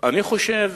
אני חושב